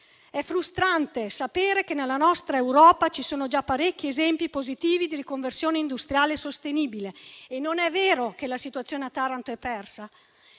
È frustrante sapere che nella nostra Europa ci sono già parecchi esempi positivi di riconversione industriale e sostenibile. Non è vero che la situazione a Taranto è persa.